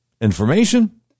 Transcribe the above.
information